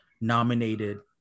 nominated